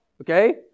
Okay